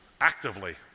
actively